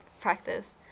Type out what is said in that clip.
practice